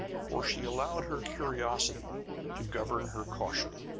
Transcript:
for she allowed her curiosity to govern her caution,